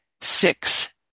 Six